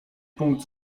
punkt